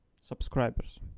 subscribers